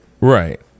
Right